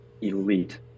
elite